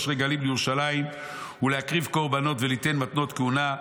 רגלים לירושלים ולהקריב קורבנות וליתן מתנות כהונה,